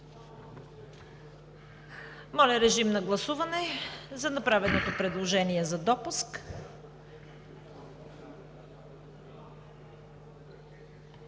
Моля, режим на гласуване за направеното предложение за допуск.